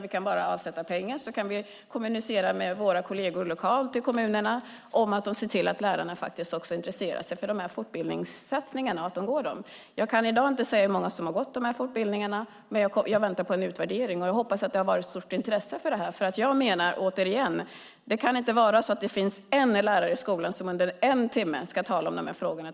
Vi kan bara avsätta pengar och kommunicera med våra kolleger lokalt i kommunerna om att de ska se till att lärarna intresserar sig för fortbildningssatsningarna och går fortbildningar. I dag kan jag inte säga hur många som gått dessa fortbildningar, men jag väntar på en utvärdering. Jag hoppas att det har varit ett stort intresse, för jag menar att det inte kan vara så att det bara finns en lärare i skolan som under en timme ska tala om dessa frågor.